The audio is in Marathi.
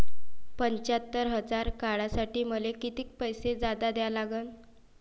पंच्यात्तर हजार काढासाठी मले कितीक पैसे जादा द्या लागन?